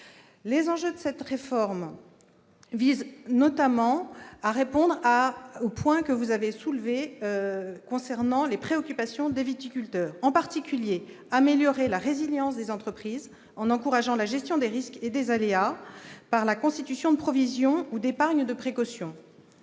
Les enjeux de cette réforme visent notamment à répondre aux points que vous avez soulevés concernant les préoccupations des viticulteurs : il s'agit, en particulier, d'améliorer la résilience des entreprises en encourageant la gestion des risques et des aléas par la constitution de provisions ou d'épargne de précaution